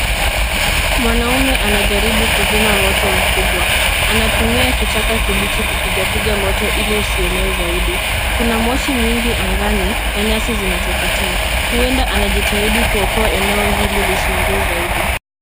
Mwanaume anajaribu kuzima moto mkubwa. Anatumia kichaka kibichi kupigapiga moto ili usienee zaidi. Kuna moshi mwingi angani, na nyasi zinateketea. Huenda anajitahidi kuokoa eneo hili lisiungue zaidi.